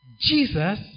Jesus